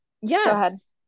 Yes